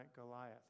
Goliath